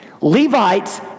Levites